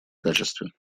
качестве